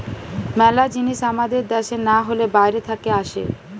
মেলা জিনিস আমাদের দ্যাশে না হলে বাইরে থাকে আসে